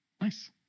Nice